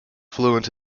fluent